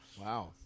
Wow